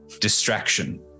distraction